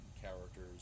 characters